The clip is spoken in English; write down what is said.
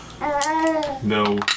No